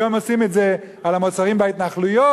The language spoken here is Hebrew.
היום עושים את זה על המוצרים בהתנחלויות,